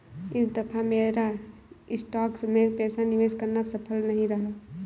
इस दफा मेरा स्टॉक्स में पैसा निवेश करना सफल नहीं रहा